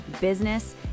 business